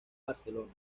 barcelona